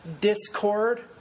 discord